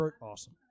awesome